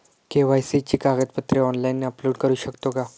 KYC ची कागदपत्रे online upload करू शकतो का?